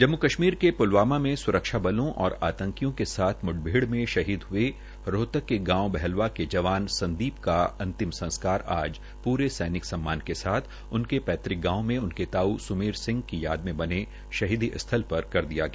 जम्मू कश्मीर के प्लवामा में स्रक्षा बलों और आंतकियों के साथ म्ठभेड़ में शहीद हये रोहतक के गावं बहलावा के जवान संदीप का अंतिम संस्कार आज पूरे सैनिक सम्मान के साथ उनके पैतृक गांव मे उनके ताऊ सुमेर सिंह की याद में शहीदी स्थल पर कर दिया गया